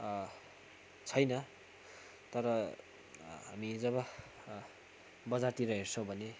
छैन तर हामी जब बजारतिर हेर्छौँ भने